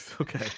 Okay